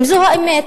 אם זו האמת,